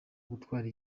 gutwara